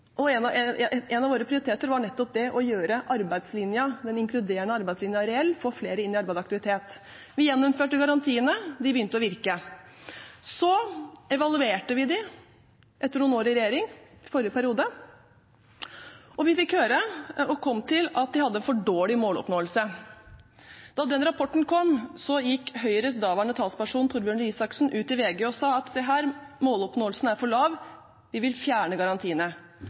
få flere inn i arbeid og aktivitet – vi gjeninnførte garantiene, de begynte å virke. Så evaluerte vi dem etter noen år i regjering, i forrige periode, og vi fikk høre og kom til at de hadde for dårlig måloppnåelse. Da den rapporten kom, gikk Høyres daværende talsperson, Torbjørn Røe Isaksen, ut i VG og sa: Se her, måloppnåelsen er for lav, vi vil fjerne garantiene.